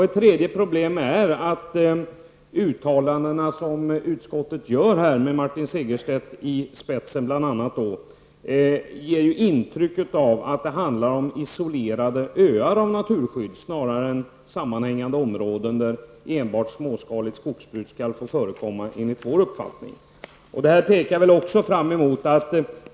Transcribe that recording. Ett tredje problem är att de uttalanden som utskotten gör, med Martin Segerstedt i spetsen, ger intryck av att det handlar om isolerade öar av naturksydd. Vi menar att det snarare gäller sammanhängande områden, där enbart småskaligt skogsbruk skall få förekomma.